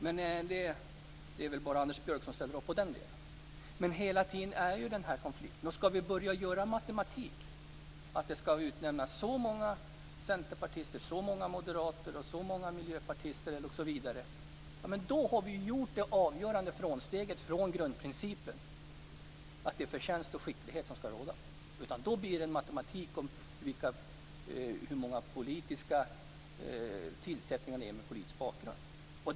Men det är väl bara Anders Björck som ställer upp på den delen. Hela tiden är det den här konflikten. Skall vi börja med matematik, så att det skall utnämnas ett visst antal centerpartister, moderater, miljöpartister osv.? Då har vi gjort ett avgörande avsteg från grundprincipen att det är förtjänst och skicklighet som skall råda. Då blir det matematik i fråga om hur många tillsättningar som sker med politisk bakgrund.